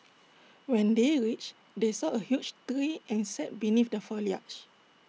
when they reached they saw A huge tree and sat beneath the foliage